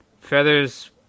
feathers